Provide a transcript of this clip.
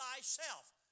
thyself